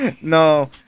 No